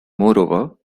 moreover